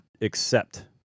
accept